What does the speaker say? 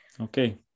Okay